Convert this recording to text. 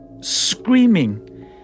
screaming